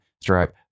stripe